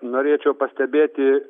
norėčiau pastebėti